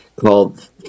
called